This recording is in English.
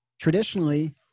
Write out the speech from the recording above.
traditionally